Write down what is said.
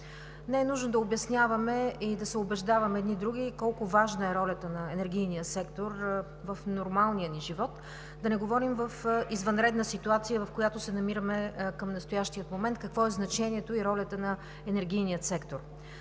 Не е нужно да обясняваме и да се убеждаваме едни други колко важна е ролята на енергийния сектор в нормалния ни живот – да не говорим в извънредна ситуация, в която се намираме към настоящия момент. Какво е значението и ролята на енергийния сектор?